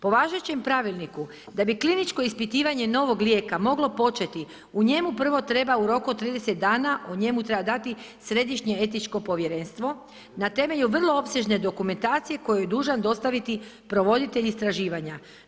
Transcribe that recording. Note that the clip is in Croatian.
Po važećem pravilniku, da bi kliničko ispitivanje novog lijeka moglo početi, u njemu prvo treba u roku od 30 dana, o njemu treba dati Središnje etičko povjerenstvo na temelju vrlo opsežne dokumentacije koju je dužan dostaviti provoditelj istraživanja.